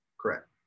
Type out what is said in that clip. correct